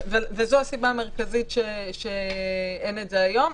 זו הסיבה המרכזית שאין את זה היום.